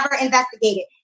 investigated